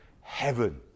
heaven